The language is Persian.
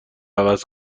عوض